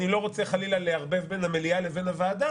אני לא רוצה חלילה לערבב בין המליאה לבין הוועדה